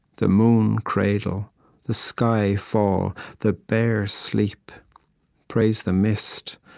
the moon cradle the sky fall, the bear sleep praise the mist,